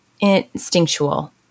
instinctual